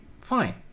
fine